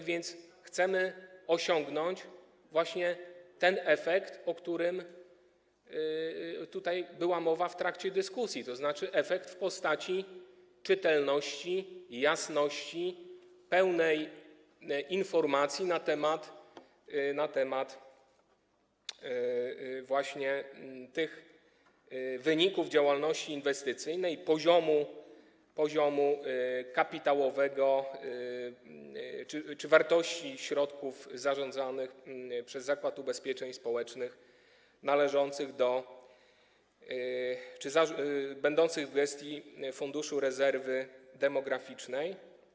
A więc chcemy osiągnąć właśnie ten efekt, o którym była tutaj mowa w trakcie dyskusji, tzn. efekt w postaci czytelności, jasności, pełnej informacji na temat tych wyników działalności inwestycyjnej i poziomu kapitałowego czy wartości środków zarządzanych przez Zakład Ubezpieczeń Społecznych, należących czy będących w gestii Funduszu Rezerwy Demograficznej.